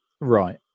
Right